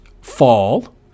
fall